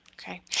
Okay